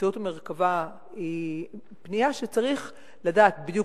באמצעות מרכב"ה היא פנייה שצריך לדעת בדיוק